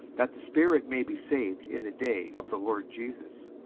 that the spirit may be saved in the day of the lord jesus.